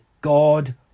God